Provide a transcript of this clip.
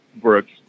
works